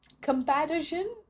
comparison